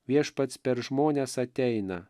viešpats per žmones ateina